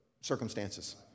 circumstances